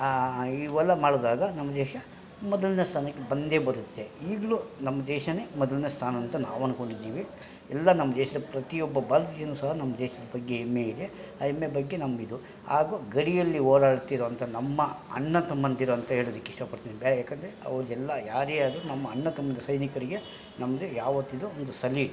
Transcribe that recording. ಇವಲ್ಲ ಮಾಡಿದಾಗ ನಮ್ಮ ದೇಶ ಮೊದಲನೇ ಸ್ಥಾನಕ್ಕೆ ಬಂದೇ ಬರುತ್ತೆ ಈಗಲೂ ನಮ್ಮ ದೇಶ ಮೊದಲನೇ ಸ್ಥಾನ ಅಂತ ನಾವು ಅನ್ಕೊಂಡಿದ್ದೀವಿ ಎಲ್ಲ ನಮ್ಮ ದೇಶದ ಪ್ರತಿಯೊಬ್ಬ ಭಾರತೀಯನು ಸಹ ನಮ್ಮ ದೇಶದಬಗ್ಗೆ ಹೆಮ್ಮೆ ಇದೆ ಆ ಹೆಮ್ಮೆ ಬಗ್ಗೆ ನಮ್ಗೆ ಇದು ಹಾಗು ಗಡಿಯಲ್ಲಿ ಓಡಾಡ್ತಿರುವಂಥ ನಮ್ಮ ಅಣ್ಣ ತಮ್ಮಂದಿರು ಅಂತ ಹೇಳೋದಕ್ ಇಷ್ಟಪಡ್ತೇನೆ ಬ್ಯಾರೆ ಯಾಕಂದರೆ ಅವ್ರು ಎಲ್ಲ ಯಾರೇ ಆದರೂ ನಮ್ಮ ಅಣ್ಣ ತಮ್ಮಂದ್ರು ಸೈನಿಕರಿಗೆ ನಮ್ಮದೆ ಯಾವತ್ತಿದ್ದರೂ ಒಂದು ಸಲೀಟ್